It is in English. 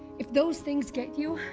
if those things get you,